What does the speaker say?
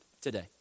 today